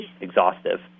exhaustive